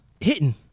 Hitting